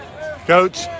Coach